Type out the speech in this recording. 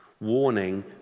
Warning